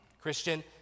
Christian